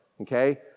okay